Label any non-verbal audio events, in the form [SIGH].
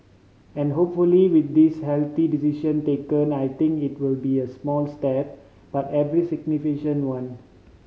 and hopefully with this healthy [UNINTELLIGIBLE] decision taken I think it'll be a small step but every [UNINTELLIGIBLE] one